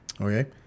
okay